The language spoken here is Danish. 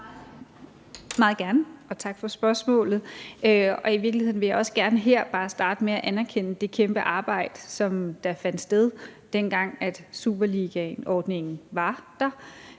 Meget gerne, og tak for spørgsmålet. Og i virkeligheden vil jeg også bare gerne starte med her at anerkende det store arbejde, der fandt sted, dengang superligaordningen var der,